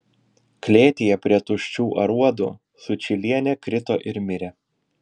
klėtyje prie tuščių aruodų sučylienė krito ir mirė